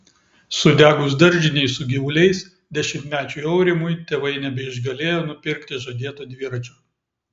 sudegus daržinei su gyvuliais dešimtmečiui aurimui tėvai nebeišgalėjo nupirkti žadėto dviračio